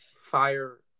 fire